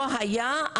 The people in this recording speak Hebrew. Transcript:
לא היה.